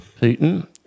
Putin